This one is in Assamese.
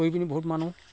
কৰি পিনি বহুত মানুহ